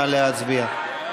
נא להצביע.